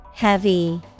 Heavy